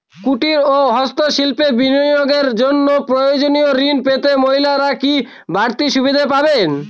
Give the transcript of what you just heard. কুটীর ও হস্ত শিল্পে বিনিয়োগের জন্য প্রয়োজনীয় ঋণ পেতে মহিলারা কি বাড়তি সুবিধে পাবেন?